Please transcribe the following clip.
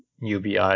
UBI